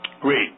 Great